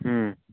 हूँ